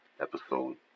episode